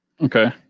Okay